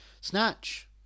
Snatch